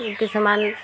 কিছুমান